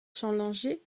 challenger